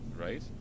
right